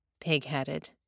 Pig-headed